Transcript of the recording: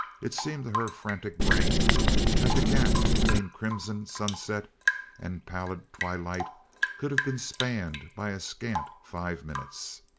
it seemed to her frantic brain that the gap between crimson sunset and pallid twilight could have been spanned by a scant five minutes.